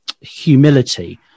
humility